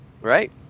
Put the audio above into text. Right